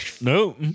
No